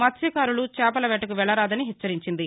మత్స్యకారులు చేపల వేటకు వెళ్లరాదని హెచ్చరించింది